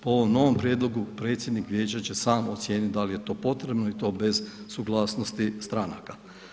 Po ovom novom prijedlogu predsjednik vijeća će sam ocijeniti da li je to potrebno i to bez suglasnosti stranaka.